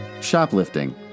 shoplifting